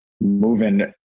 moving